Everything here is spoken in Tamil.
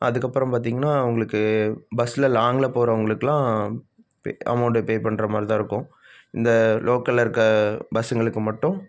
அதுக்கப்புறம் பார்த்தீங்கன்னா அவங்களுக்கு பஸ்சில் லாங்கில் போகிறவங்களுக்குலாம் பே அமௌண்ட்டு பே பண்ணுற மாதிரி தான் இருக்கும் இந்த லோக்கலில் இருக்கற பஸ்ஸுங்களுக்கு மட்டும்